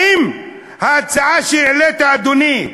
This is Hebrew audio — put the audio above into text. האם ההצעה שהעלית, אדוני,